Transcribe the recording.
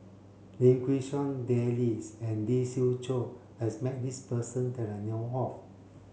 Lim Quee Hong Daisy and Lee Siew Choh has met this person that I know of